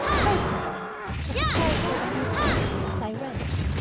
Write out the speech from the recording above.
first of all was the character of miss emily as i read it,